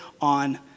on